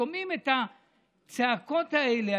שומעים את הצעקות האלה.